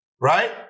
right